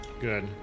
Good